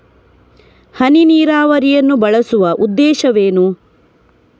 ಹನಿ ನೀರಾವರಿಯನ್ನು ಬಳಸುವ ಉದ್ದೇಶವೇನು?